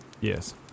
yes